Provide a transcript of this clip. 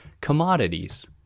commodities